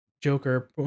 Joker